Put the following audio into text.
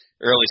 early